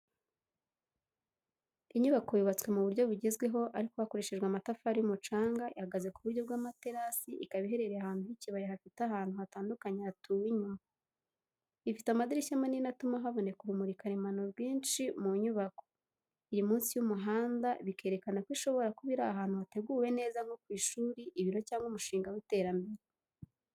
Inyubako yubatswe mu buryo bugezweho ariko hakoreshejwe amatafari y’umucanga ihagaze ku buryo bw'amaterasi, ikaba iherereye ahantu h'ikibaya hafite ahantu hatandukanye hatuwe inyuma. Ifite amadirishya manini atuma haboneka urumuri karemano rwinshi mu nyubako. Iri munsi y’umuhanda bikerekana ko ishobora kuba iri ahantu hateguwe neza nko ku ishuri, ibiro cyangwa umushinga w’iterambere.